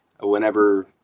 whenever